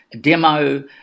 demo